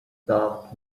that